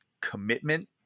commitment